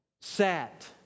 sat